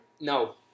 No